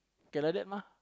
can like that mah